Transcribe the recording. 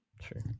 True